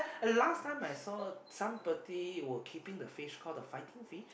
and last time I saw somebody were keeping the fish call the fighting fish